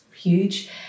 huge